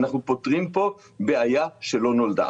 אנחנו פותרים פה בעיה שלא נולדה.